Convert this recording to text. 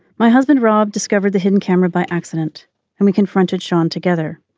my husband rob discovered the hidden camera by accident and we confronted sean together.